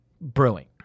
brewing